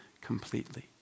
completely